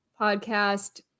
podcast